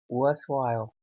worthwhile